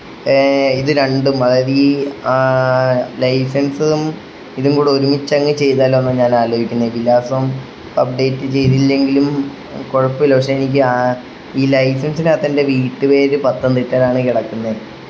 ഇത് രണ്ടും അതായതീ ലൈസൻസും ഇതും കൂടൊരുമിച്ചങ്ങ് ചെയ്താലോ എന്നാണ് ഞാനാലോചിക്കുന്നത് വിലാസം അപ്ഡേറ്റ് ചെയ്തില്ലെങ്കിലും കുഴപ്പമില്ല പക്ഷെ എനിക്കാ ഈ ലൈസൻസിന്റകത്തെൻ്റെ വീട്ട് പേര് പത്തംതിട്ടയിലാണ് കിടക്കുന്നത്